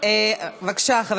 זה בעד טריפוליטאים, זה בעד עיראקים.